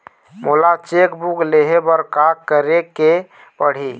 मोला cheque book लेहे बर का केरेक पढ़ही?